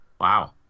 wow